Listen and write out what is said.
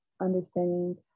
understanding